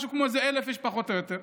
משהו כמו 1,000 משפחות או יותר,